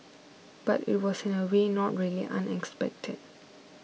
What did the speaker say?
but it was in a way not really unexpected